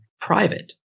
private